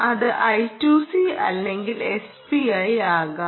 അത് I2C അല്ലെങ്കിൽ SPI ആകാം